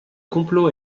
complot